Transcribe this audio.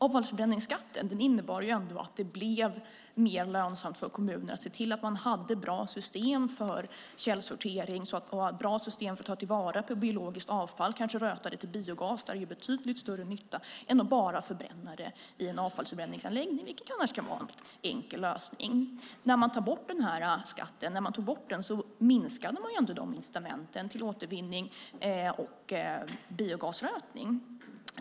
Avfallsförbränningsskatten innebar att det blev mer lönsamt för kommunerna att se till att man hade bra system för källsortering och för att ta till vara biologiskt avfall, kanske röta lite biogas, där det gör betydligt större nytta än att bara förbränna det i en avfallsförbränningsanläggning, vilket annars kan vara en enkel lösning. När man tog bort den skatten minskade man incitamenten för återvinning och biogasrötning.